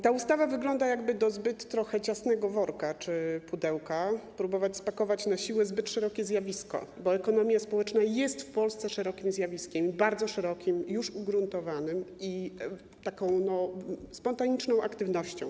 Ta ustawa wygląda, jakby do trochę zbyt ciasnego worka czy pudełka próbować spakować na siłę zbyt szerokie zjawisko, bo ekonomia społeczna jest w Polsce szerokim zjawiskiem, bardzo szerokim, już ugruntowanym, również spontaniczną aktywnością.